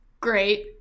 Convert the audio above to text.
Great